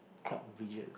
clock widget